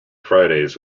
fridays